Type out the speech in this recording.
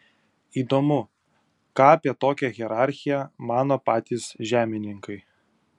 įdomu ką apie tokią hierarchiją mano patys žemininkai